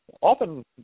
Often